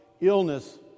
illness